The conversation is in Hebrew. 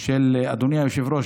אדוני היושב-ראש,